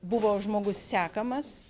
buvo žmogus sekamas